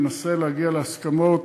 וננסה להגיע להסכמות.